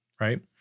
right